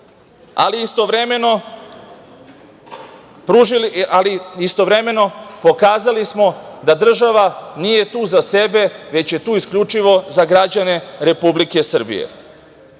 istovremeno, pokazali smo da država nije tu za sebe, već je tu isključivo za građane Republike Srbije. Tu